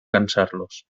cansarlos